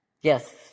Yes